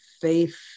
faith